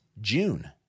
June